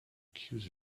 accuse